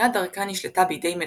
שבתחילת דרכה נשלטה בידי מלכים,